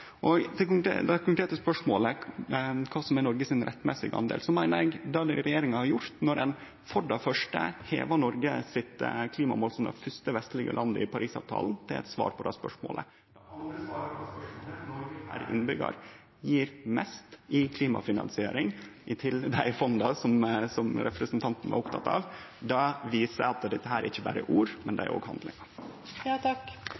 Til det konkrete spørsmålet om kva som er Noreg sin rettmessige del: Der meiner eg at det denne regjeringa har gjort når ein for det første hevar Noreg sitt klimamål som det første vestlege landet i Parisavtalen, er eit svar på det spørsmålet. Det andre svaret på det spørsmålet er at Noreg per innbyggjar gjev mest i klimafinansiering til dei fonda som representanten var oppteken av. Det viser at dette ikkje berre er ord, men